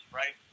right